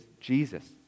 Jesus